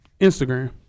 Instagram